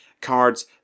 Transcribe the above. cards